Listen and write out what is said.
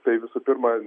tai visų pirma